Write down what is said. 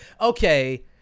Okay